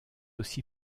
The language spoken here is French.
aussi